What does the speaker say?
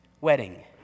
wedding